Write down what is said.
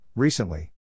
Recently